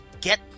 get